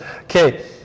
Okay